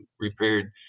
repaired